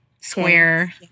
square